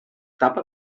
tapa